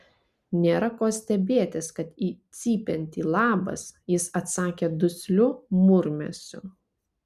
nėra ko stebėtis kad į cypiantį labas jis atsakė dusliu murmesiu